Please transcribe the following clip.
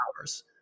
hours